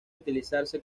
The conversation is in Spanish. utilizarse